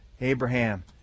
Abraham